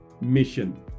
mission